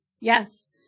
Yes